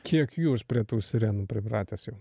kiek jūs prie tų sirenų pripratęs jau